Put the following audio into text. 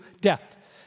death